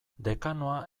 dekanoa